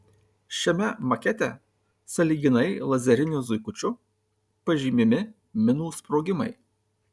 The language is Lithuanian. šiame makete sąlyginai lazeriniu zuikučiu pažymimi minų sprogimai